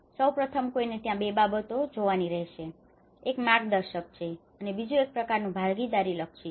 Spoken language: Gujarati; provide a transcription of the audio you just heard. સૌ પ્રથમ કોઈને ત્યાં બે બાબતો જોવાની રહેશે એક માર્ગદર્શક છે અને બીજું એક પ્રકારનું ભાગીદારી લક્ષી છે